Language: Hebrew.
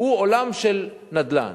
הוא עולם של נדל"ן,